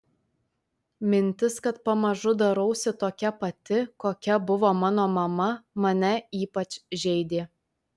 mintis kad pamažu darausi tokia pati kokia buvo mano mama mane ypač žeidė